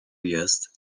jest